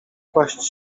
kłaść